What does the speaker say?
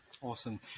awesome